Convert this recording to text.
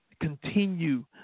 Continue